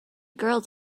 girls